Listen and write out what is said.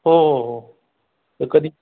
हो हो हो कधी